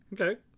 okay